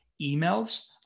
emails